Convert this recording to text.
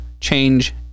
change